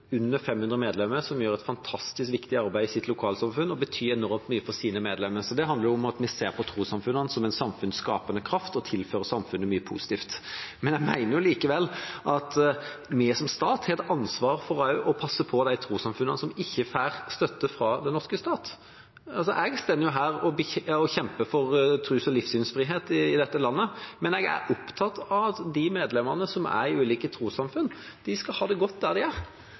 gjør et fantastisk viktig arbeid i sitt lokalsamfunn og betyr enormt mye for sine medlemmer. Så det handler om at vi ser på trossamfunnene som en samfunnsskapende kraft som tilfører samfunnet mye positivt. Men jeg mener likevel at vi som stat har et ansvar for også å passe på de trossamfunnene som ikke får støtte fra den norske stat. Jeg står her og kjemper for tros- og livssynsfrihet i dette landet, men jeg er opptatt av at medlemmene i de ulike trossamfunn skal ha det godt der de er.